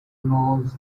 knows